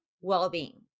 well-being